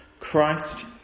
Christ